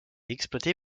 exploité